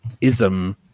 ism